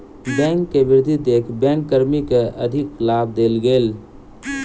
bank के वृद्धि देख बैंक कर्मी के अधिलाभ देल गेल